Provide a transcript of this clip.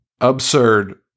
absurd